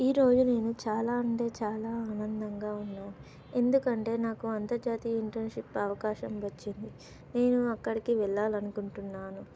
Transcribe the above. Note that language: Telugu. ఈరోజు నేను చాలా అంటే చాలా ఆనందంగా ఉన్నాను ఎందుకంటే నాకు అంతర్జాతీయ ఇంటర్న్షిప్ అవకాశం వచ్చింది నేను అక్కడికి వెళ్ళాలనుకుంటున్నాను